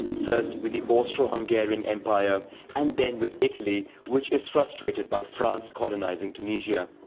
first with the austro-hungarian empire and then with italy, which is frustrated by france colonizing tunisia.